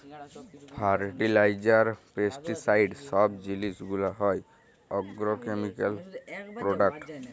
fertiliser, pesticide সব জিলিস গুলা হ্যয় আগ্রকেমিকাল প্রোডাক্ট